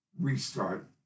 restart